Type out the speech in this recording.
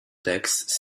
texts